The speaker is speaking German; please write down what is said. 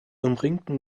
umringten